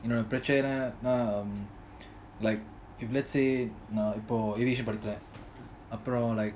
you know பிரச்னை:prechana like if let's say நா இப்போ:naa ipo aviation படிக்கிறான்:padikiran like